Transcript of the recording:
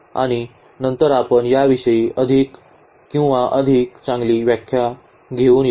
आणि नंतर आपण याविषयी अधिक किंवा अधिक चांगली व्याख्या घेऊन येऊ